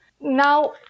Now